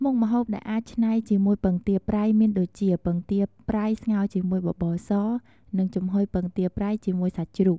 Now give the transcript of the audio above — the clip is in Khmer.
មុខម្ហូបដែលអាចច្នៃជាមួយពងទាប្រៃមានដូចជា ពងទាប្រៃស្ងោរជាមួយបបរស និងចំហុយពងទាប្រៃជាមួយសាច់ជ្រូក។